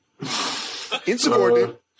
Insubordinate